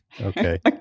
Okay